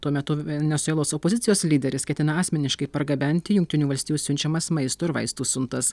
tuo metu venesuelos opozicijos lyderis ketina asmeniškai pargabenti jungtinių valstijų siunčiamas maisto ir vaistų siuntas